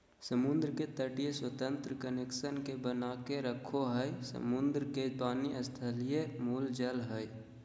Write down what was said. समुद्र के तटीय स्वतंत्र कनेक्शन के बनाके रखो हइ, समुद्र के पानी स्थलीय मूल जल हइ